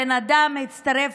הבן אדם הצטרף